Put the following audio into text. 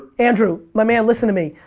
andrew, my man, listen to me.